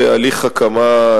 בהליך הקמה,